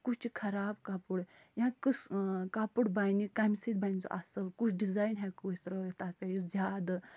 کُس چھِ خراب کَپُر یا کٕس کَپُر بنہِ کَمہِ سۭتۍ بَنہِ سُہ اَصٕل کُس ڈِزایِن ہٮ۪کو أسۍ تٔرٲیِتھ تتھ پٮ۪ٹھ یُس زیادٕ